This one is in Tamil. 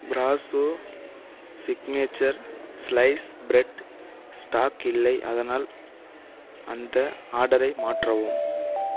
ப்ராஷோ ஸிக்னேச்சர் ஸ்லைஸ் பிரெட் ஸ்டாக் இல்லை அதனால் அந்த ஆர்டரை மாற்றவும்